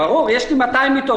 יש לי 200 מיטות.